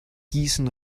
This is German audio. gießen